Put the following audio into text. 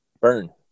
Burn